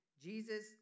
Jesus